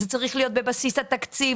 זה צריך להיות בבסיס התקציב.